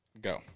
Go